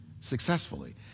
successfully